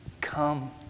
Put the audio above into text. come